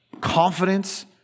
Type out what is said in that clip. confidence